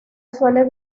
suele